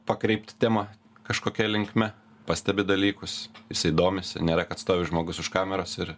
pakreipt temą kažkokia linkme pastebi dalykus jisai domisi nėra kad stovi žmogus už kameros ir